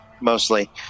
mostly